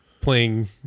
playing